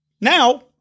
Now